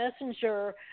Messenger